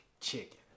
chicken